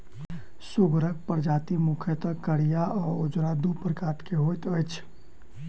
सुगरक प्रजाति मुख्यतः करिया आ उजरा, दू प्रकारक होइत अछि